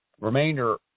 remainder